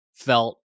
felt